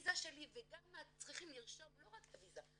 "ויזה שלי" וגם צריכים לרשום לא רק את הוויזה,